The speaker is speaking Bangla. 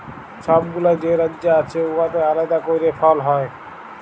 ছব গুলা যে রাজ্য আছে উয়াতে আলেদা ক্যইরে ফল হ্যয়